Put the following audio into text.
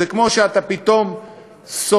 וזה כמו שאתה פתאום סוטה